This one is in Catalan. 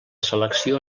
selecció